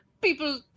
People